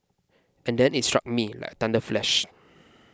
and then it struck me like a thunder flash